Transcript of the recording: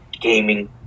gaming